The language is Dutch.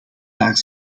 daar